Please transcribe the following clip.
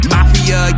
Mafia